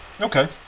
Okay